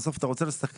בסוף אתה רוצה לסכם,